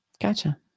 Gotcha